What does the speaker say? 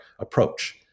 approach